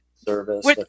service